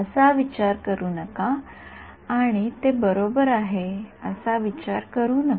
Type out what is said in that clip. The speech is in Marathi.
असा विचार करू नका आणि ते बरोबर आहे असा विचार करू नका